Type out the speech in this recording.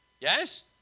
Yes